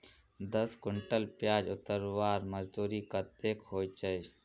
दस कुंटल प्याज उतरवार मजदूरी कतेक होचए?